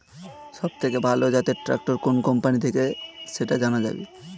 সবথেকে ভালো জাতের ট্রাক্টর কোন কোম্পানি থেকে সেটা জানা যাবে?